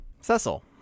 Cecil